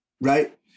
right